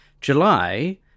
July